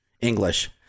English